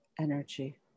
energy